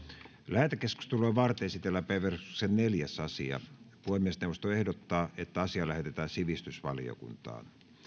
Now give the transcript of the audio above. lähetekeskustelua varten esitellään päiväjärjestyksen neljäs asia puhemiesneuvosto ehdottaa että asia lähetetään sivistysvaliokuntaan